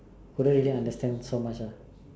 couldn't really understand so much ah